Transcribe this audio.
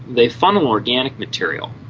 they funnel organic material,